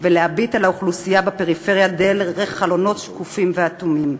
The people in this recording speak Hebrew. להביט על האוכלוסייה בפריפריה דרך חלונות שקופים אטומים.